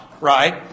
Right